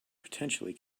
potentially